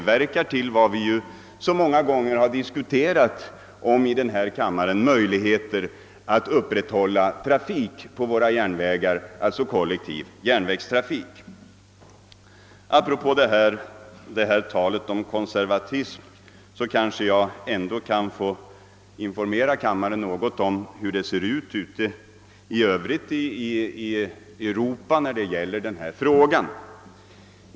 Vi har ju många gånger i denna kammare diskuterat förutsättningarna för att upprätthålla den kollektiva järnvägstrafiken. Med anledning av talet om konservatism vill jag begagna tillfället att informera kammarens ledamöter något om berörda förhållanden i Europa för övrigt.